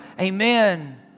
amen